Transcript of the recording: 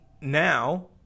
now